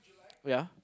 wait ah